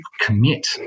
commit